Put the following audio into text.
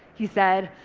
he said,